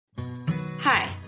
Hi